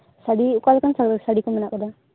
ᱥᱟᱹᱲᱤ ᱚᱠᱟᱞᱮᱠᱟᱱ ᱥᱟᱹᱲᱤᱠᱩ ᱢᱮᱱᱟᱜ ᱟᱠᱟᱫᱟ